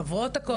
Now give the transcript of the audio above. חברות הקואליציה.